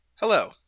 Hello